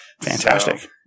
Fantastic